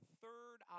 third